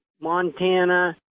Montana